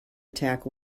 attack